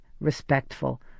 respectful